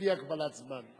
בלי הגבלת זמן.